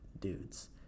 dudes